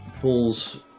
pulls